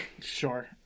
sure